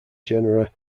genera